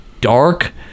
dark